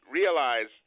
realize